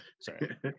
sorry